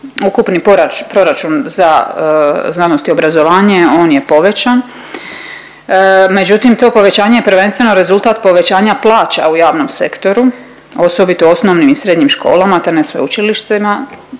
ukupni proračun za znanost i obrazovanje on je povećan, međutim to povećanje je prvenstveno rezultat povećanja plaća u javnom sektoru osobito osnovnim i srednjim školama, te na sveučilištima.